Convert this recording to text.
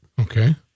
Okay